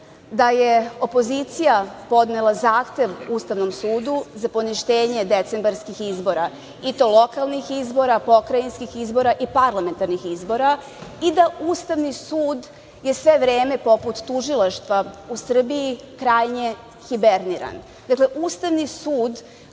da je opozicija podnela zahtev Ustavnom sudu za poništenje decembarskih izbora i to lokalnih izbora, pokrajinskih izbora i parlamentarnih izbora i da je Ustavni sud sve vreme poput tužilaštva u Srbiji krajnje hiberniran. Dakle, Ustavni sud,